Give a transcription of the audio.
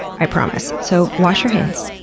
i promise. so, wash your hands,